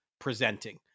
presenting